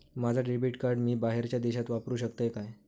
माझा debit card मी बाहेरच्या देशात वापरू शकतय काय?